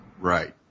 Right